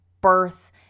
birth